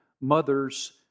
Mother's